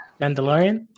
mandalorian